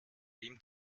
ihm